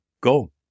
go